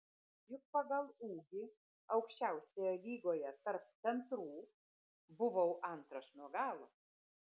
juk pagal ūgį aukščiausioje lygoje tarp centrų buvau antras nuo galo